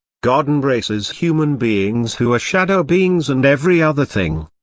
god embraces human beings who are shadow beings and every other thing.